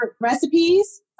recipes